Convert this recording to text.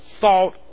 thought